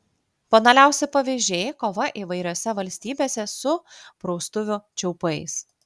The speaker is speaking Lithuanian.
banaliausi pavyzdžiai kova įvairiose valstybėse su praustuvių čiaupais